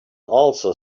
also